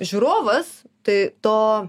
žiūrovas tai to